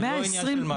זה לא עניין של מה בכך.